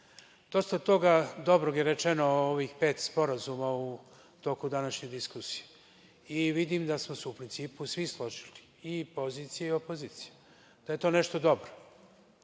dosta toga dobrog je rečeno o ovih pet sporazuma u toku današnje diskusije i vidim da smo se u principu svi složili, i pozicija i opozicija, da je to nešto dobro.